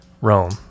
Rome